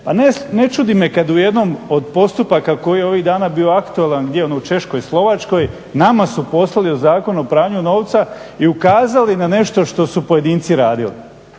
Ne čudi me kad je u jednom od postupaka koji je ovih dana bio aktualan, gdje ono, u Češkoj, Slovačkoj, nama su poslali Zakon o pranju novca i ukazali na nešto što su pojedinci radili.